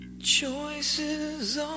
Choices